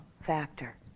factor